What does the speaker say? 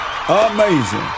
Amazing